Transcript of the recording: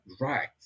right